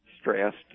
stressed